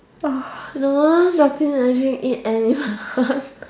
no ah dolphin actually eat animals